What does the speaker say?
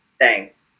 thanks